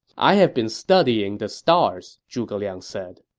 i have been studying the stars, zhuge liang said.